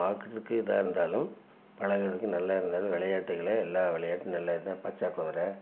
பார்க்குறதுக்கு இதாக இருந்தாலும் பழகறக்கு நல்லா இருந்தாலும் விளையாட்டுகள்ல எல்லா விளையாட்டும் நல்லதுதான் பச்ச குதிரை